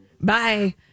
Bye